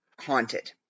haunted